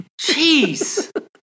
Jeez